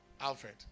Alfred